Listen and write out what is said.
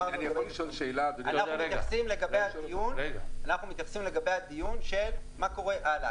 אנחנו מתייחסים לגבי הדיון מה קורה הלאה,